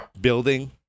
building